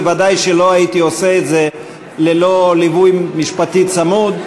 וודאי שלא הייתי עושה את זה ללא ליווי משפטי צמוד.